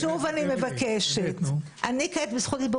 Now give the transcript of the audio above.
אמילי, שוב אני מבקשת, אני כעת בזכות דיבור.